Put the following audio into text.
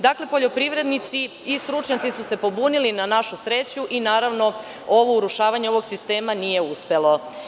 Dakle, poljoprivrednici i stručnjaci su se pobunili na našu sreću i, naravno, urušavanje ovog sistema nije uspelo.